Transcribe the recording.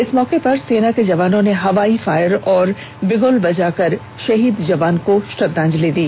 इस मौके पर सेना के जवानों ने हवाई फायर और बिगुल बजाकर शहीद जवान को श्रद्धांजलि दी